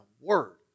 word